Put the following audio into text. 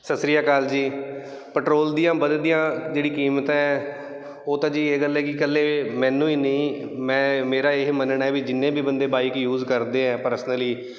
ਸਤਿ ਸ਼੍ਰੀ ਅਕਾਲ ਜੀ ਪੈਟਰੋਲ ਦੀਆਂ ਵੱਧਦੀਆਂ ਜਿਹੜੀ ਕੀਮਤ ਹੈ ਉਹ ਤਾਂ ਜੀ ਇਹ ਗੱਲ ਹੈਗੀ ਇਕੱਲੇ ਮੈਨੂੰ ਹੀ ਨਹੀਂ ਮੈਂ ਮੇਰਾ ਇਹ ਮੰਨਣਾ ਵੀ ਜਿੰਨੇ ਵੀ ਬੰਦੇ ਬਾਈਕ ਯੂਜ ਕਰਦੇ ਆ ਪਰਸਨਲੀ